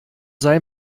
sei